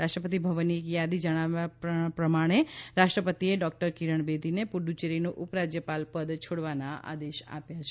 રાષ્ટ્રપતિ ભવનની એક થાદીમાં જણાવ્યા પ્રમાણે રાષ્ટ્રપતિએ ડોકટર કિરણ બેદીને પુડુચેરીનું ઉપરાજયપાલ પદ છોડવાના આદેશ આપ્યા છે